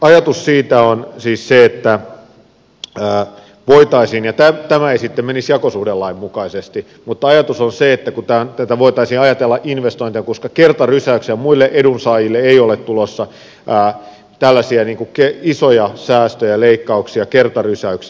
ajatus siitä on siis se että tätä voitaisiin ja tämä ei sitten menisi jakosuhdelain mukaisesti mutta ajatus on se että kukaan tätä voitaisi ajatella investointina koska muille edunsaajille ei ole tulossa tällaisia isoja säästöjä leikkauksia kertarysäyksiä